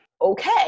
okay